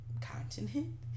continent